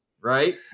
right